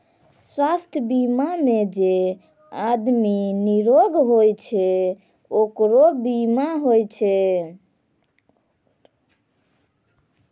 स्वास्थ बीमा मे जे आदमी निरोग होय छै ओकरे बीमा होय छै